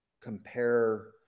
compare